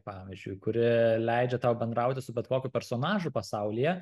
pavyzdžiui kuri leidžia tau bendrauti su bet kokiu personažu pasaulyje